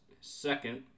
second